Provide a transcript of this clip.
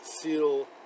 seal